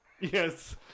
Yes